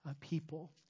people